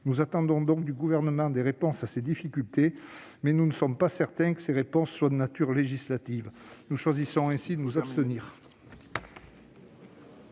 Nous attendons donc du Gouvernement des réponses à ces difficultés, mais nous ne sommes pas certains que ces réponses soient de nature législative. Le groupe Rassemblement